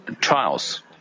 trials